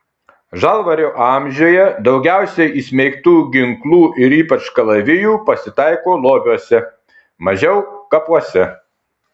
žalvario amžiuje daugiausiai įsmeigtų ginklų ir ypač kalavijų pasitaiko lobiuose mažiau kapuose